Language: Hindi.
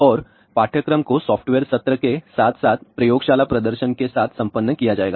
और पाठ्यक्रम को सॉफ्टवेयर सत्र के साथ साथ प्रयोगशाला प्रदर्शन के साथ संपन्न किया जाएगा